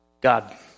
God